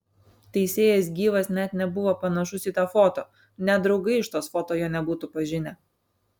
teisėjas gyvas net nebuvo panašus į tą foto net draugai iš tos foto jo nebūtų pažinę